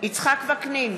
יצחק וקנין,